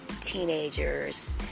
teenagers